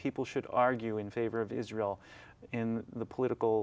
people should argue in favor of israel in the political